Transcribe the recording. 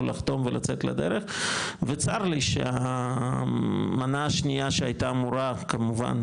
לחתום ולצאת לדרך וצר לי שהמנה השנייה שהייתה אמורה - כמובן,